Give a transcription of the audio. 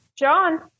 John